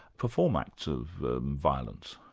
perform acts of violence.